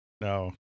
No